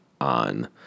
on